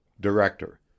Director